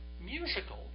musical